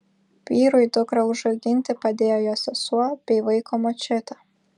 vyrui dukrą užauginti padėjo jo sesuo bei vaiko močiutė